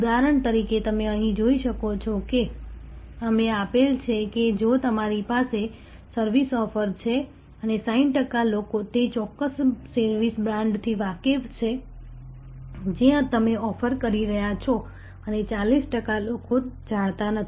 ઉદાહરણ તરીકે તમે અહીં જોઈ શકો છો કે અમે આપેલ છે કે જો તમારી પાસે સર્વિસ ઑફર છે અને 60 ટકા લોકો તે ચોક્કસ સર્વિસ બ્રાંડથી વાકેફ છે જે તમે ઑફર કરી રહ્યાં છો અને 40 ટકા લોકો જાણતા નથી